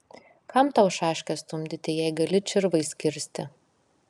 kam tau šaškes stumdyti jei gali čirvais kirsti